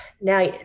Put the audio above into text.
now